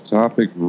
topic